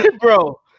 bro